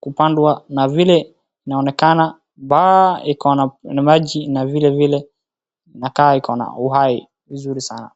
kupandwa, na vile inaonekana, iko na maji na vile vile iko na uhai vizuri sana.